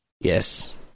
Yes